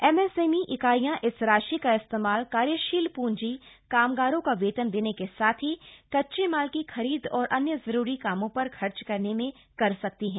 M S M E इकाइयां इस राशि का इस्तेमाल कार्यशील पूंजी कामगारों का वेतन देने के साथ ही कच्चे माल की खरीद और अन्य जरूरी कामों पर खर्च करने में कर सकती हैं